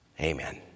Amen